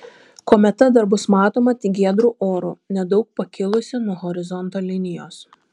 kometa dar bus matoma tik giedru oru nedaug pakilusi nuo horizonto linijos